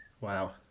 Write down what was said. Wow